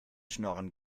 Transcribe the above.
schnorren